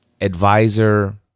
advisor